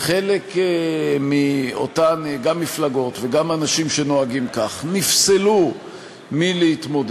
חלק מאותן מפלגות וגם אנשים שנוהגים כך נפסלו מלהתמודד.